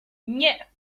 nie